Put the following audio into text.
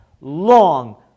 long